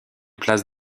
place